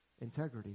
integrity